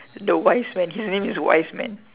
the wise man his name is wise man